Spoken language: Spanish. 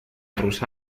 rusa